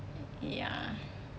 ya